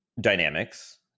dynamics